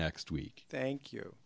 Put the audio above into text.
next week thank you